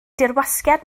dirwasgiad